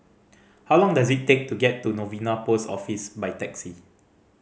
how long does it take to get to Novena Post Office by taxi